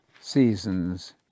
seasons